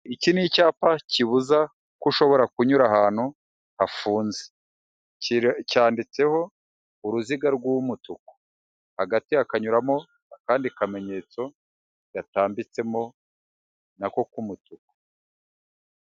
Iki ni icyapa kibuza ko ushobora kunyura ahantu hafunze, cyanditseho uruziga rw'umutuku. hagati akanyuramo akandi kamenyetso gatambitsemo nako k'umutuku.